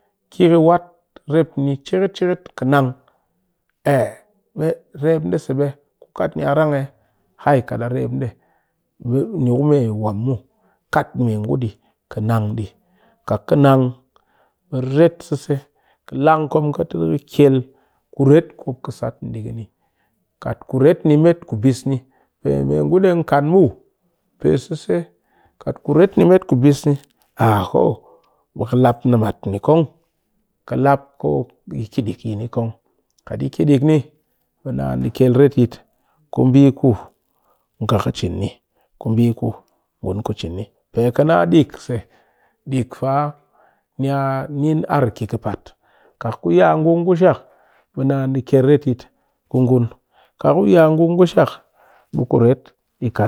Ki ƙɨ wat rep ni ceket-ceket ƙɨ mang, ai! Rep ndee se ɓe ku kat ni a arang eh? Hai! Kat a rep ndee ɓe ni ku me wam muw, ka kat me ngu ɗii ka nang ɗii kat ka nang ɓe ret sise! Ka lang kom ka ti ƙɨ kye kuret ku mop ƙɨ sat ɗi kani, kat kuret nimet kubis ni pe me ngu ɗeng kan muw, pe sise kat kuret ni met kubis ni a ho, ɓe ka lap nimat ni kong ka lap ko ɗi ki ɗik yini kong, kat ɗi ki ɗik ni ɓe naan ɗi kyel retyit ku mbii ku nga ƙɨ cin ni, ku mbii ku ngun ƙɨ cin ni pe ku nna ɗik se, ɗik fa ni a nin ar ki ƙɨpaat kat ku ya ngung ku shak ɓe naan ɗi kyel retyit ku ngun, kat ku ya ngung ku shak ɓe kuret ɗi kaat